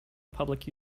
public